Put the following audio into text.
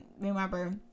remember